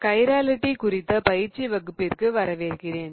chirality குறித்த பயிற்சி வகுப்பிற்கு வரவேற்கிறேன்